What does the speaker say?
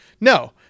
no